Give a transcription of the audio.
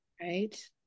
right